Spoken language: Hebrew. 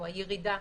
או הירידה